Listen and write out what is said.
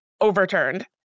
overturned